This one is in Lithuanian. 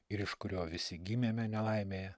ir iš kurio visi gimėme nelaimėje